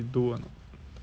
did